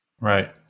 Right